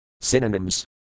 Synonyms